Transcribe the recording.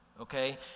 okay